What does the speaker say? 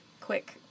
quick